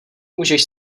můžeš